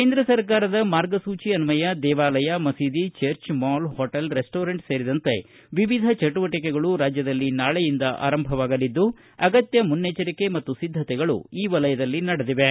ಕೇಂದ್ರ ಸರ್ಕಾರದ ಮಾರ್ಗಸೂಚಿ ಅನ್ವಯ ದೇವಾಲಯ ಮಸೀದಿ ಚರ್ಚ್ ಮಾಲ್ ಹೋಟೆಲ್ ರೆಸ್ಟೊರೆಂಟ್ ಸೇರಿದಂತೆ ವಿವಿಧ ಚಟುವಟಕೆಗಳು ರಾಜ್ಯದಲ್ಲಿ ನಾಳೆಯಿಂದ ಆರಂಭವಾಗಲಿದ್ದು ಅಗತ್ಯ ಮುನ್ನೆಚ್ಚರಿಕೆ ಮತ್ತು ಸಿದ್ದತೆಗಳು ಈ ವಲಯಗಳಲ್ಲಿ ನಡೆದಿವೆ